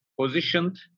positioned